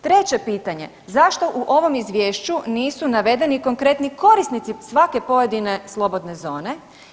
Treće pitanje, zašto u ovom izvješću nisu navedeni konkretni korisnici svake pojedine slobodne zone?